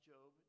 Job